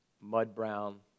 mud-brown